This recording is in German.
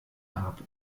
habe